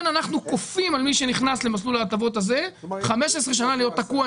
אז מי שרוצה לקנות דירה, ישכור אותה שנה,